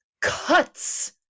cuts